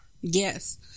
yes